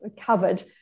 covered